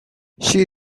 she